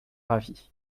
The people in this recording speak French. avis